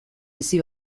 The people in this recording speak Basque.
bizi